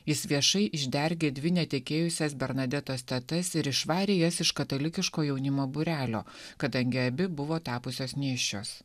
jis viešai išdergė dvi netekėjusias bernadetos tetas ir išvarė jas iš katalikiško jaunimo būrelio kadangi abi buvo tapusios nėščios